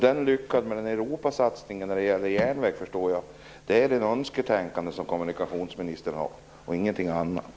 Det lyckade med en Europasatsning på järnväg förstår jag är ett önsketänkande av kommunikationsministern, och ingenting annat.